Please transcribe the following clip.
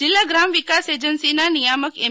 જિલ્લા ગ્રામ વિકાસ એજન્સી નાં નિયામક એમ